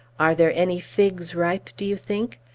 are there any figs ripe, do you think?